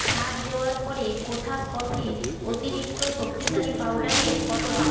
ছাড় দেওয়ার পরে কোথাস কফি অতিরিক্ত শক্তিশালী পাউডারের কত দাম